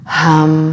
hum